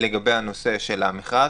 לגבי הנושא של המכרז.